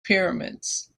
pyramids